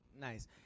Nice